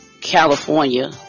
California